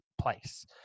place